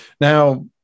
Now